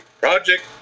Project